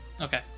okay